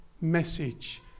message